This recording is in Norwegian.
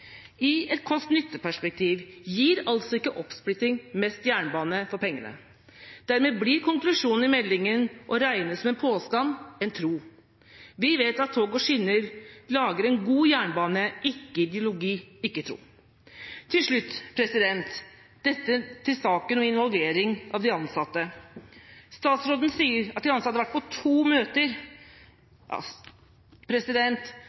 I et kost–nytte-perspektiv gir altså ikke oppsplitting mest jernbane for pengene. Dermed blir konklusjonen i meldinga å regne som en påstand, en tro. Vi vet at tog og skinner lager en god jernbane – ikke ideologi, ikke tro. Til slutt om saka med involvering av de ansatte. Statsråden sier at de ansatte hadde vært på to møter.